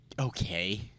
okay